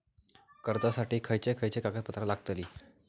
कर्जासाठी खयचे खयचे कागदपत्रा लागतली?